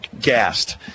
gassed